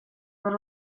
were